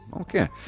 Okay